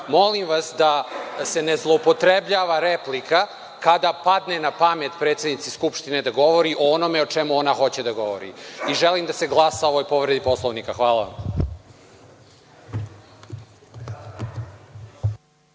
Molim vas da se ne zloupotrebljava replika kada padne na pamet predsednici Skupštine da govori o onome o čemu ona hoće da govori. Želim da se glasa o ovoj povredi Poslovnika. Hvala vam.